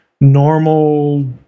normal